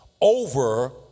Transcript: over